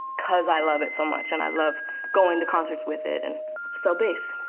cause i love it so much and i love going to concerts with it, and so bass.